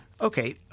Okay